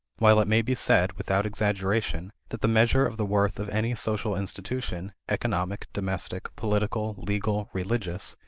while it may be said, without exaggeration, that the measure of the worth of any social institution, economic, domestic, political, legal, religious,